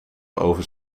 over